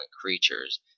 creatures